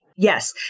Yes